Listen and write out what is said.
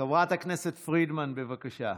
חברת הכנסת פרידמן, בבקשה.